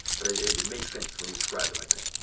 but it it makes sense when you describe it like that.